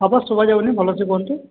ଆବାଜ୍ ଶୁଭାଯାଉନି ଭଲସେ କୁହନ୍ତୁ